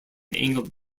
angled